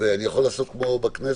ואני יכול לעשות כמו במליאה,